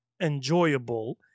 enjoyable